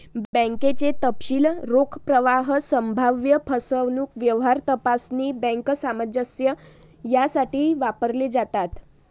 बँकेचे तपशील रोख प्रवाह, संभाव्य फसवणूक, व्यवहार तपासणी, बँक सामंजस्य यासाठी वापरले जातात